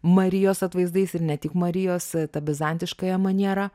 marijos atvaizdais ir ne tik marijos ta bizantiškąją maniera